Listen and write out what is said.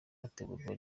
ategurwa